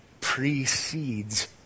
Precedes